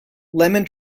lemon